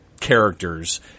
characters